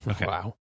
Wow